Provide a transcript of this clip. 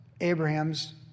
Abraham's